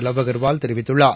love Agarwal தெரிவித்துள்ளார்